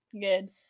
Good